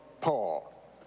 Paul